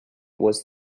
was